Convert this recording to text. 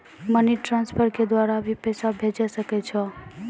Money transfer के द्वारा भी पैसा भेजै सकै छौ?